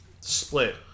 Split